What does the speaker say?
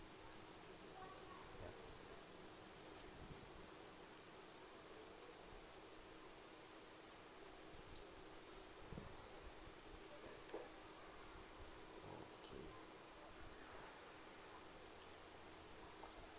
ya okay